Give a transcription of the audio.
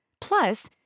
Plus